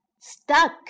stuck